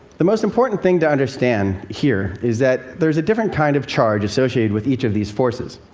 the most important thing to understand here is that there's a different kind of charge associated with each of these forces.